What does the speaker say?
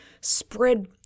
spread